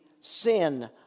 sin